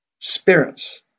spirits